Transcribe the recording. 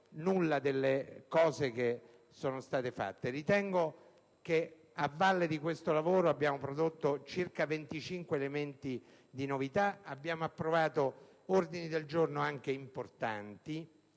fatto. A valle di questo lavoro, abbiamo prodotto circa 25 elementi di novità ed abbiamo approvato anche ordini del giorno importanti,